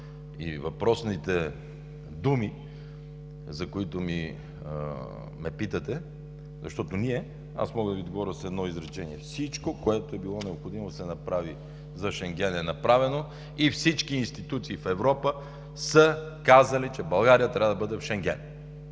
Въпросните думи, за които ме питате, защото аз мога да Ви отговоря с едно изречение: всичко, което е било необходимо да се направи за Шенген, е направено и всички институции в Европа са казали, че България трябва да бъде в Шенген.